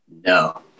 no